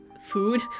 food